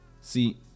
See